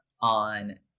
on